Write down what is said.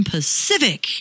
Pacific